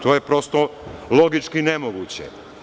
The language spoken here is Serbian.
To je prosto logički nemoguće.